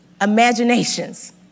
imaginations